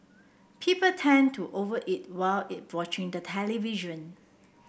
people tend to over eat while eat watching the television